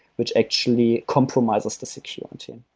which actually comprises the security.